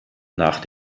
nach